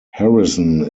harrison